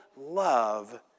love